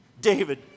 David